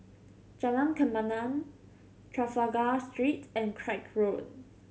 Jalan Kemaman Trafalgar Street and Craig Road